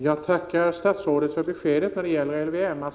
Herr talman! Jag tackar statsrådet för beskedet om LVM.